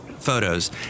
Photos